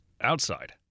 outside